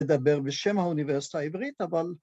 ‫לדבר בשם האוניברסיטה העברית, ‫אבל...